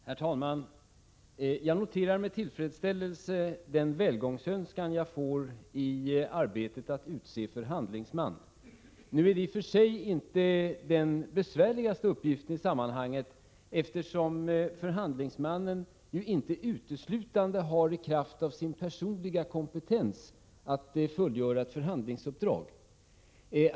Herr talman! Jag noterar med tillfredsställelse den välgångsönskan jag får i arbetet att utse förhandlingsman. I och för sig är inte detta den besvärligaste uppgiften i sammanhanget, eftersom förhandlingsmannen ju inte uteslutande har att fullgöra sitt förhandlingsuppdrag i kraft av sin personliga kompetens.